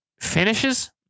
finishes